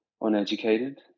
uneducated